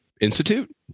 institute